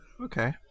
Okay